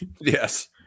Yes